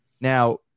Now